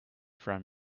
from